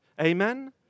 Amen